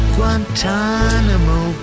Guantanamo